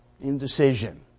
Indecision